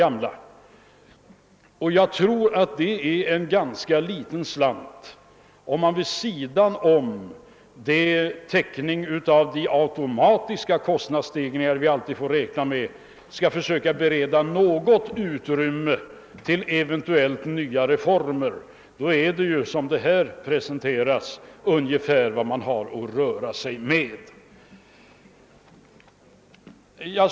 Jag tror att detta är att anse som en ganska blygsam summa, om man vid sidan om den täckning av de automatiska kostnadsstegringar vi alltid måste räkna med skall försöka bereda något utrymme för nya refor mer. I så fall är ju detta ungefär vad man har att röra sig med.